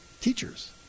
teachers